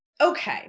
okay